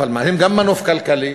אבל הם גם מנוף כלכלי,